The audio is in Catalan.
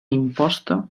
imposta